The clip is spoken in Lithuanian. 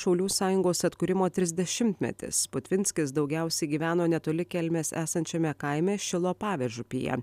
šaulių sąjungos atkūrimo trisdešimtmetis putvinskis daugiausiai gyveno netoli kelmės esančiame kaime šilo pavėžupyje